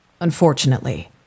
unfortunately